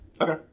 Okay